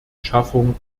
schaffung